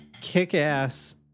kick-ass